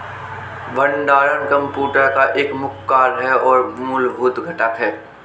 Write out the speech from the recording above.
भंडारण कंप्यूटर का एक मुख्य कार्य और मूलभूत घटक है